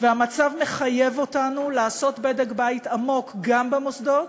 והמצב מחייב אותנו לעשות בדק-בית עמוק גם במוסדות